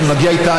אנחנו נגיע איתה,